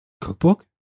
Cookbook